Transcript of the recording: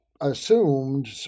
assumed